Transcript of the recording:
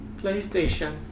PlayStation